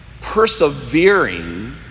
persevering